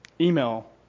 email